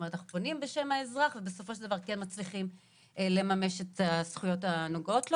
פונים בשם האזרח ומצליחים לממש את הזכויות הנוגעות לו.